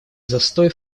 застой